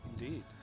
Indeed